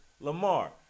Lamar